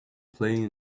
playing